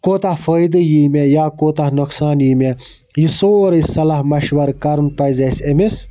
کوٗتاہ فٲیدٕ یِیہِ مےٚ یا کوٗتاہ نۄقصان یِیہِ مےٚ یہِ سورُے صَلَح مَشوَر کَرُن پَزِ اَسہِ أمِس